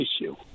issue